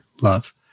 love